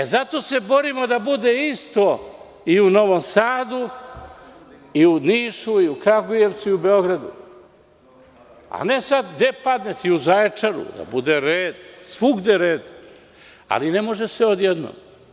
Zato se borimo da bude isto i u Novom Sadu, u Nišu, Kragujevcu, Beogradu, a ne sada, da bude i u Zaječaru, da bude red, ali ne može sve odjednom.